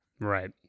Right